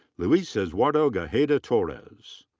luis eduardo grajeda torres.